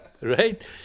right